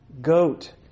goat